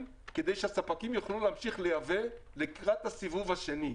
כדי שהספקים יוכלו להמשיך לייבא לקראת הסיבוב השני.